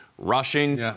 Rushing